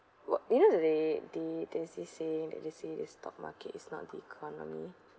what really they there's this saying that they say the stock market is not good economy